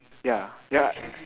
ya ya